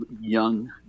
young